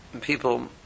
People